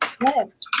Yes